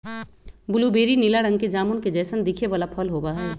blueberry नीला रंग के जामुन के जैसन दिखे वाला फल होबा हई